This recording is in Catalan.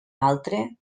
altre